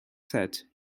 said